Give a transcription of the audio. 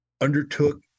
undertook